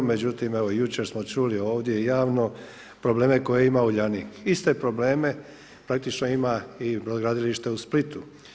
Međutim, evo jučer smo čuli ovdje i javno probleme koje ima Uljanik, iste probleme praktično ima i brodogradilište u Splitu.